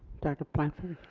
director blanford.